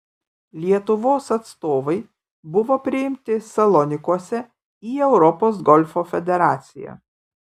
lietuvos atstovai buvo priimti salonikuose į europos golfo federaciją